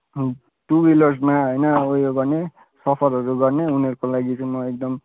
two विलर्समा होइन उयो गर्ने सफरहरू गर्ने उनीहरूको लागि चाहिँ म एकदम